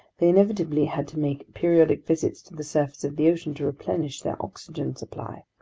they inevitably had to make periodic visits to the surface of the ocean to replenish their oxygen supply.